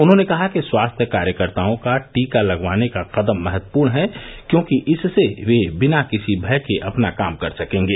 उन्होंने कहा कि स्वास्थ्य कार्यकर्ताओं का टीका लगवाने का कदम महत्वपूर्ण है क्योंकि इससे वे बिना किसी भय के अपना काम कर सकेंगे